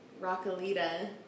Rockalita